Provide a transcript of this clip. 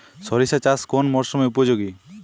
সরিষা চাষ কোন মরশুমে উপযোগী?